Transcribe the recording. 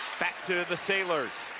back to the sailors.